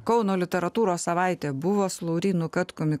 kauno literatūros savaitė buvo su laurynu katkumi